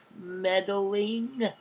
meddling